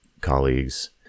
colleagues